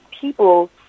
people